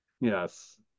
yes